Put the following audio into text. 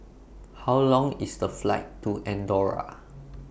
How Long IS The Flight to Andorra